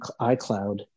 icloud